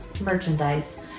merchandise